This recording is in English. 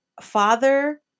father